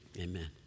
amen